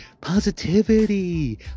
positivity